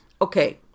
Okay